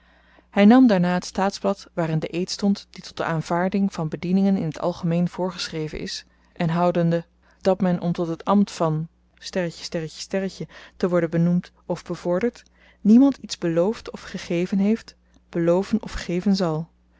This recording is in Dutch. hy nam daarna t staatsblad waarin de eed stond die tot de aanvaarding van bedieningen in t algemeen voorgeschreven is en houdende dat men om tot het ambt van te worden benoemd of bevorderd niemand iets beloofd of gegeven heeft beloven of geven zal